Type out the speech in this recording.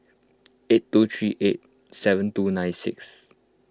eight two three eight seven two nine six